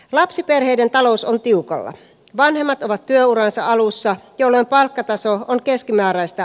lapsiperheiden talous on tiukalla vanhemmat ovat työuransa alussa jolloin palkkataso on keskimääräistä